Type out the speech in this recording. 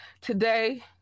Today